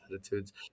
attitudes